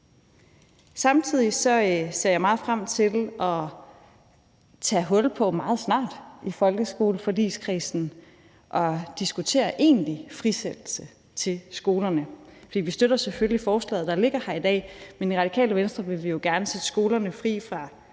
Samtidig ser jeg meget frem til meget snart at tage hul på at diskutere egentlig frisættelse af skolerne i folkeskoleforligskredsen. For vi støtter selvfølgelig forslaget, der ligger her i dag, men i Radikale Venstre vil vi jo gerne sætte skolerne fri fra